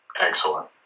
excellent